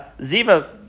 Ziva